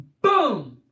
BOOM